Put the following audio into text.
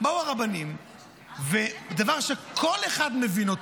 באו הרבנים בדבר שכל אחד מבין,